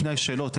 לפני השאלות.